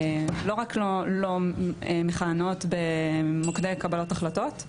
לא רק לא מכהנות במוקדי קבלות החלטות,